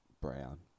brown